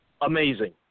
amazing